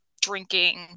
drinking